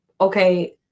okay